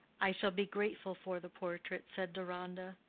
i shall be grateful for the portrait, said deronda,